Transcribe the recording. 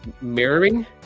mirroring